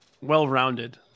well-rounded